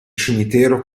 cimitero